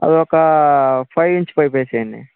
అవి ఒక five inch pipe వేసేయండి